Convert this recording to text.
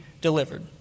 delivered